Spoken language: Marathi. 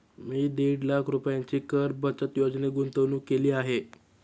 मी दीड लाख रुपयांची कर बचत योजनेत गुंतवणूक केली आहे